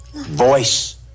Voice